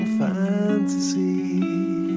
fantasy